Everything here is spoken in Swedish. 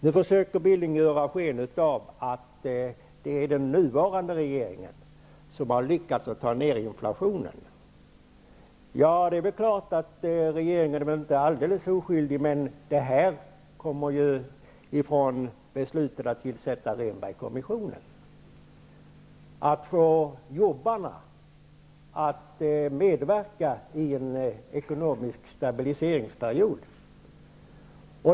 Nu försöker Billing ge sken av att det är den nuvarande regeringen som har lyckats att ta ner inflationen. Det är klart att regeringen inte är alldeles ''oskyldig'', men detta har ju sin grund i beslutet att tillsätta Rehnbergkommissionen, dvs. att få jobbarna att medverka i en ekonomisk stabiliseringsprocess.